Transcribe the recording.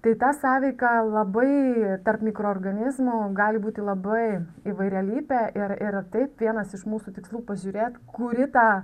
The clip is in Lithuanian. tai ta sąveika labai tarp mikroorganizmų gali būti labai įvairialypė ir ir taip vienas iš mūsų tikslų pažiūrėt kuri ta